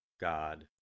God